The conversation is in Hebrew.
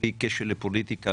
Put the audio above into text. בלי קשר לפוליטיקה,